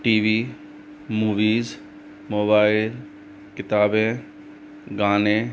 T V movies mobile किताबें गाने